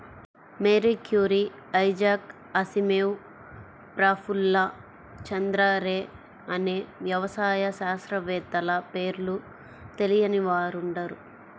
Mary Curie, Isaac Asimov, Prafulla Chandra Ray అనే వ్యవసాయ శాస్త్రవేత్తల పేర్లు తెలియని వారుండరు